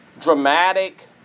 dramatic